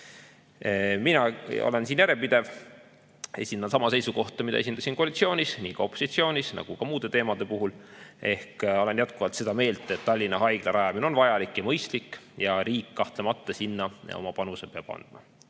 Mina olen siin järjepidev. Esindan sama seisukohta, mida esindasin koalitsioonis, ka opositsioonis, nii nagu muudegi teemade puhul. Ehk olen jätkuvalt seda meelt, et Tallinna Haigla rajamine on vajalik ja mõistlik. Riik kahtlemata sinna oma panuse peab andma.